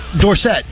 Dorset